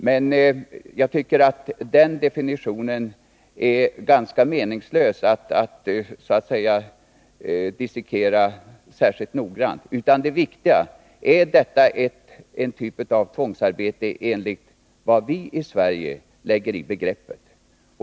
Men jag tycker att det är ganska meningslöst att så att säga dissekera den definitionen särskilt noggrant. Det viktiga är om detta är en typ av tvångsarbete enligt vad vi i Sverige lägger in i begreppet.